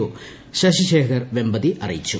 O Shashishekhar Vempati അറിയിച്ചു